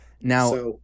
Now